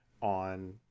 on